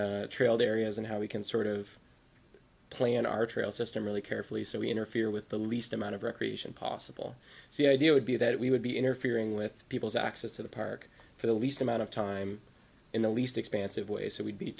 are trailed areas and how we can sort of plan our trail system really carefully so we interfere with the least amount of recreation possible see idea would be that we would be interfering with people's access to the park for the least amount of time in the least expansive way so we'd be